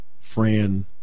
Fran